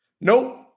Nope